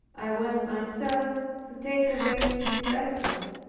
i went myself to take away his vessels.